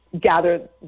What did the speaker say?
gather